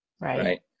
Right